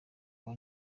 abo